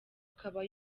akaba